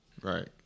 Right